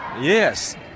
Yes